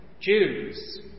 Jews